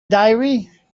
diary